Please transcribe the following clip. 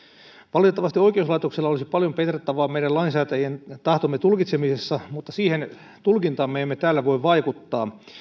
valitettavasti oikeuslaitoksella olisi paljon petrattavaa meidän lainsäätäjien tahdon tulkitsemisessa mutta siihen tulkintaan me emme täällä voi vaikuttaa